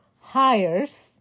hires